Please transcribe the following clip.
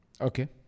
Okay